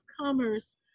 Commerce